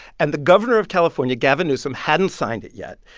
and the governor of california, gavin newsom, hadn't signed it yet.